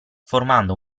formando